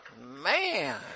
Man